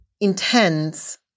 intends